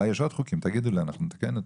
אולי יש עוד חוקים, תגידו לי, אנחנו נתקן אותם.